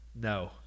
No